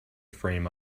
frame